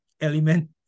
element